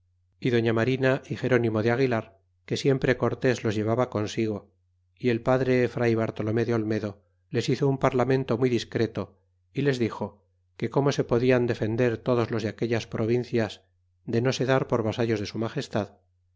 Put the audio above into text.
y doña marina y gerúnimo de aguilar que siempre cortés los llevaba consigo y el padre fray bartolome de olmedo les hizo un parlamento muy discreto y les dixo qué como se podian defender todos los de aquellas provincias de no se dar por vasallos de su magestad